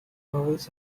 movies